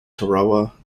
tarawa